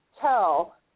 tell